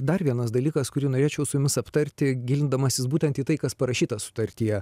dar vienas dalykas kurį norėčiau su jumis aptarti gilindamasis būtent į tai kas parašyta sutartyje